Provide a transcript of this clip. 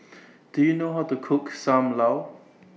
Do YOU know How to Cook SAM Lau